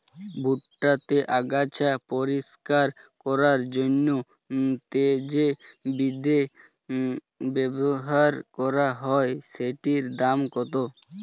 ভুট্টা তে আগাছা পরিষ্কার করার জন্য তে যে বিদে ব্যবহার করা হয় সেটির দাম কত?